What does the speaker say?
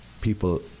people